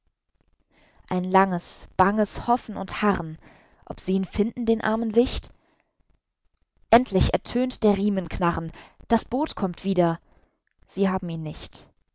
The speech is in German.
ein langes banges hoffen und harren ob sie ihn finden den armen wicht endlich ertönt der riemen knarren das boot kommt wieder sie haben ihn nicht